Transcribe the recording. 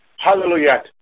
Hallelujah